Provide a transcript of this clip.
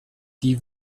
die